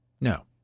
No